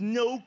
no